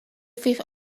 fifth